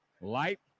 light